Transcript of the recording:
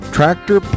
Tractor